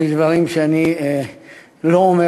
יש דברים שאני לא אומר,